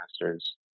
masters